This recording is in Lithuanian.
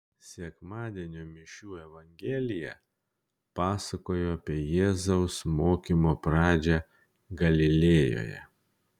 sekmadienio mišių evangelija pasakojo apie jėzaus mokymo pradžią galilėjoje